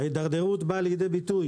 ההידרדרות באה לידי ביטוי